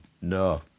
No